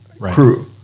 crew